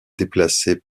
déplacés